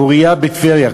פורייה בטבריה,